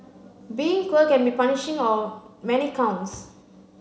being poor can be punishing on many counts